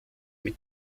mit